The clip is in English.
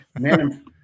man